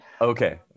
okay